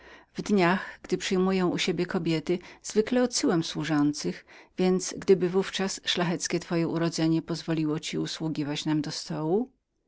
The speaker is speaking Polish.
w dniach gdy przyjmuję u siebie kobiety zwykle odsyłam służących i gdyby w ówczas szlachecki twój klejnot pozwolił ci usługiwać nam do stołu